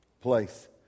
place